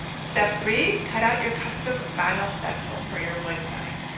step three, cut out your custom vinyl stencil for your wood sign.